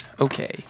Okay